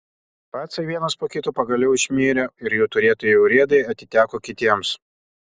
pacai vienas po kito pagaliau išmirė ir jų turėtieji urėdai atiteko kitiems